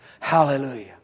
Hallelujah